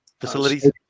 facilities